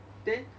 then